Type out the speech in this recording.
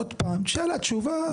עוד פעם, שאלה, תשובה.